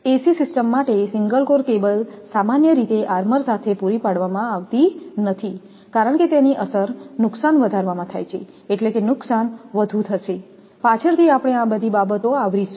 એસી system માટે single core cable સામાન્ય રીતે આર્મર સાથે પૂરી પાડવામાં આવતી નથી કારણ કે તેની અસર નુકસાન વધારવામાં થાય છે એટલે કે નુકસાન વધુ થશે પાછળથી આપણે આ બધી બાબતો આવરીશું